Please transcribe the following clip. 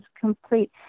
complete